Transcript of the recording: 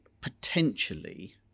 potentially